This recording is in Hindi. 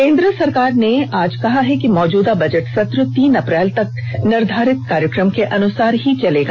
केन्द्र सरकार ने आज कहा है कि मौजूदा बजट सत्र तीन अप्रैल तक निर्धारित कार्यक्रम के अनुसार ही चलेगा